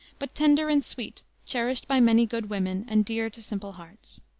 but tender and sweet, cherished by many good women and dear to simple hearts.